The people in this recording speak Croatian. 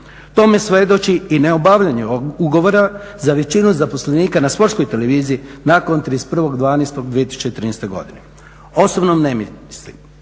Tome svjedoči i neobavljanje ugovora za većinu zaposlenika na Sportskoj televiziji nakon 31.12.2013. godine. Osobno ne mislim